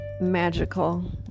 magical